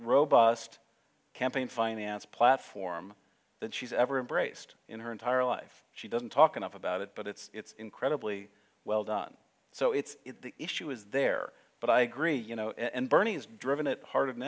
robust campaign finance platform that she's ever embraced in her entire life she doesn't talk enough about it but it's incredibly well done so it's the issue is there but i agree you know and bernie has driven it harder than